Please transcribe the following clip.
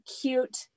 cute